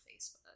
Facebook